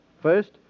First